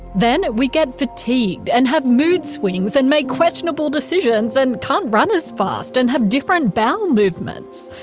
then we get fatigued. and have mood swings and make questionable decisions and can't run as fast and have different bowel movements.